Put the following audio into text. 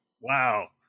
Wow